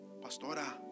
Pastora